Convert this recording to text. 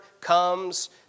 comes